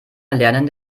erlernen